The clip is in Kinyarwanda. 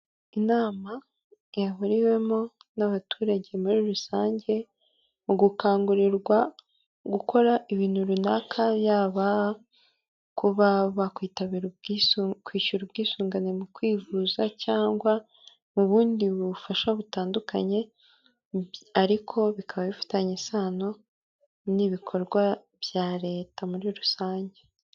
Inama yahuriwemo n'abaturage muri rusange mu gukangurirwa gukora ibintu runaka yaba kuba bakwitabira, kwishyura ubwisungane mu kwivuza cyangwa mu bundi bufasha butandukanye ariko bikaba bifitanye isano n'ibikorwa bya leta muri rusange.